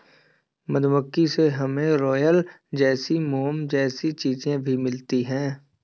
मधुमक्खी से हमे रॉयल जेली, मोम जैसी चीजे भी मिलती है